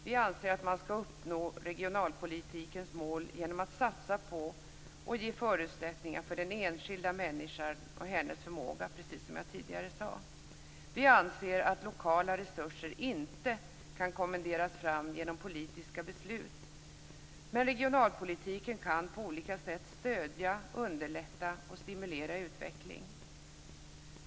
Vi anser att man skall uppnå regionalpolitikens mål genom att satsa på och ge förutsättningar för den enskilda människan och hennes förmåga, precis som jag tidigare sade. Vi anser att lokala resurser inte kan kommenderas fram genom politiska beslut. Men regionalpolitiken kan på olika sätt stödja, underlätta och stimulera utveckling.